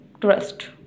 trust